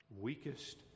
weakest